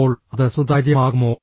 അപ്പോൾ അത് സുതാര്യമാകുമോ